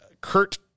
Kurt